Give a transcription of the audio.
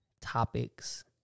topics